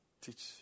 Teach